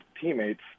teammates